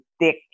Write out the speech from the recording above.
thick